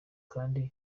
kandi